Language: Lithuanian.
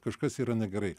kažkas yra negerai